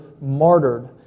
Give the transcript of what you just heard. martyred